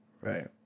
Right